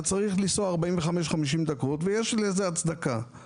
צריך לנסוע 45,50 דקות ויש לזה הצדקה.